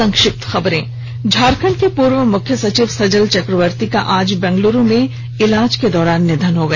संक्षिप्त खबरें झारखंड के पूर्व मुख्य सचिव सजल चक्रवर्ती का आज बेंगलुरु में इलाज के दौरान निधन हो गया